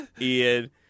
Ian